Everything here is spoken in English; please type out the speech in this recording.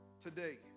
today